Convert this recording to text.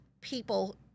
people